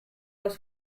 was